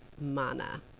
Mana